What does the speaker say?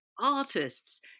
artists